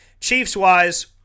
Chiefs-wise